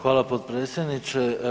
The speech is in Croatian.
Hvala potpredsjedniče.